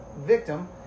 victim